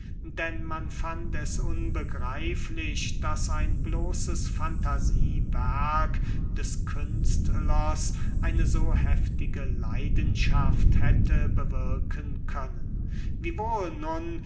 denn man fand es unbegreiflich daß ein bloßes fantasiewerk des künstlers eine so heftige leidenschaft hätte bewirken können wiewohl nun